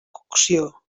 cocció